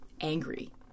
angry